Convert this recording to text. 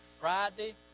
Friday